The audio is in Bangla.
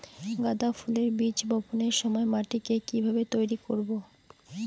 গাদা ফুলের বীজ বপনের সময় মাটিকে কিভাবে তৈরি করব?